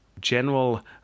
General